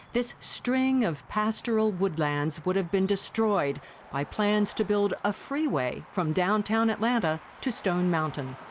this string of pastoral woodlands would have been destroyed by plans to build a freeway from downtown atlanta to stone mountain.